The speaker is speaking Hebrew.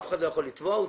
אף אחד לא יכול לתבוע אותי.